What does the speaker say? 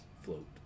float